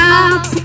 up